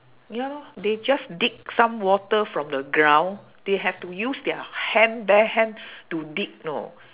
ya lor they just dig some water from the ground they have to use their hand bare hand to dig know